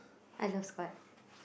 I love squats